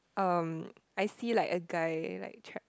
um I see like a guy like tr~